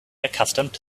accustomed